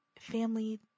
family